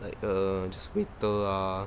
like the waiter ah